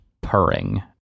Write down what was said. purring